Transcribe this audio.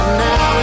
now